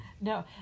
No